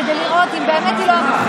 כדי לראות אם באמת היא לא,